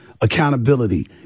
Accountability